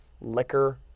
liquor